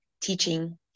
teaching